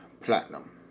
Platinum